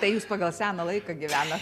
tai jūs pagal seną laiką gyvena